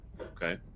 Okay